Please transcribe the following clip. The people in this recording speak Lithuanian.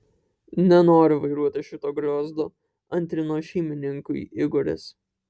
nenoriu vairuoti šito griozdo antrino šeimininkui igoris